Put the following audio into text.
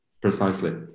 Precisely